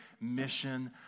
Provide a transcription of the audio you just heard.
mission